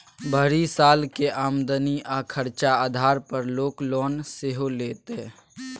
भरि सालक आमदनी आ खरचा आधार पर लोक लोन सेहो लैतै